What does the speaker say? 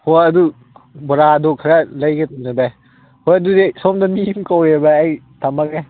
ꯍꯣꯍꯣꯏ ꯑꯗꯨ ꯕꯣꯔꯥꯗꯨ ꯈꯔ ꯂꯩꯒꯅꯤ ꯚꯥꯏ ꯍꯣꯏ ꯑꯗꯨꯗꯤ ꯁꯣꯝꯗ ꯃꯤ ꯑꯃꯅ ꯀꯧꯔꯦ ꯚꯥꯏ ꯑꯩ ꯊꯝꯃꯒꯦ